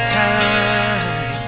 time